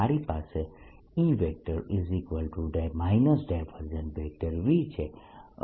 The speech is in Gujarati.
મારી પાસે E V છે